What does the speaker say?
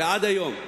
עד היום,